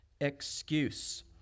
excuse